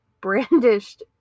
brandished